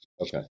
Okay